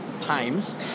times